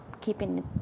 keeping